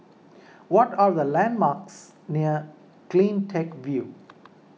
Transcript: what are the landmarks near CleanTech View